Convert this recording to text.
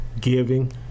giving